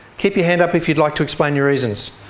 keep your hand up if you'd like to explain your reasons.